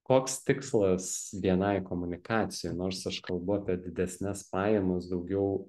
koks tikslas bni komunikacijai nors aš kalbu apie didesnes pajamas daugiau